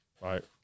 Right